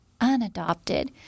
unadopted